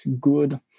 good